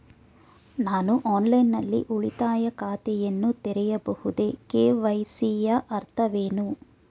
ನಾನು ಆನ್ಲೈನ್ ನಲ್ಲಿ ಉಳಿತಾಯ ಖಾತೆಯನ್ನು ತೆರೆಯಬಹುದೇ? ಕೆ.ವೈ.ಸಿ ಯ ಅರ್ಥವೇನು?